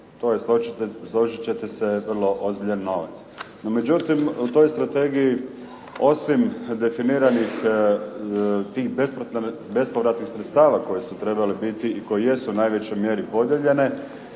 to je složit ćete se vrlo ozbiljan novac. Međutim, u toj strategiji osim definiranih tih bespovratnih sredstava koje su trebale biti i koje jesu u najvećoj mjeri podijeljene.